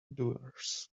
doers